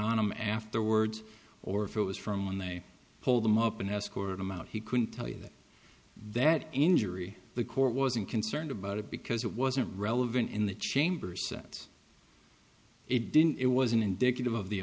on him afterwards or if it was from when they pulled him up and escort him out he couldn't tell you that that injury the court wasn't concerned about it because it wasn't relevant in the chambers that it didn't it wasn't indicative of the